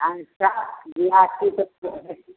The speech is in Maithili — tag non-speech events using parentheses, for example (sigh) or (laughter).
तखन सएह विवाह ठीक (unintelligible)